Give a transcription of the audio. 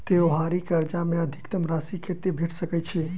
त्योहारी कर्जा मे अधिकतम राशि कत्ते भेट सकय छई?